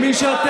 עם מי שאתם,